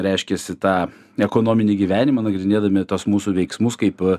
reiškiasi tą ekonominį gyvenimą nagrinėdami tuos mūsų veiksmus kaip